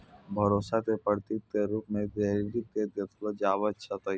भरोसा क प्रतीक क रूप म क्रेडिट क देखलो जाबअ सकै छै